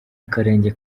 akarenge